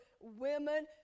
women